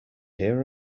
here